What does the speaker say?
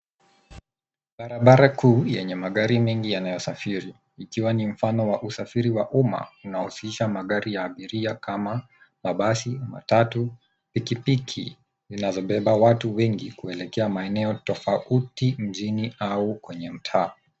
Barabara kuu yenye magari mengi yanayosafiri ikiwa ni mfano wa usafiri wa umma unahusisha magari ya abiria kama mabasi, matatu, pikipiki zinazobeba watu wengi kuelekea maeneo tofauti mjini au kwenye mtaa.